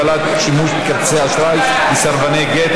הגבלת שימוש בכרטיסי אשראי לסרבני גט),